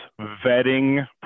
vetting